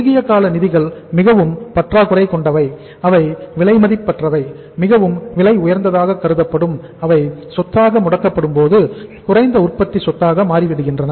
குறுகிய கால நிதிகள் மிகவும் பற்றாக்குறை கொண்டவை அவை விலைமதிப்பற்றவை மிகவும் விலை உயர்ந்ததாக கருதப்படும் அவை சொத்தாக முடக்கப்படும் போது குறைந்த உற்பத்தி சொத்தாக மாறிவிடுகின்றன